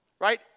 right